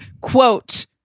quote